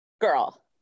girl